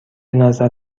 نظر